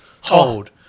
Hold